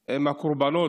הן הקורבנות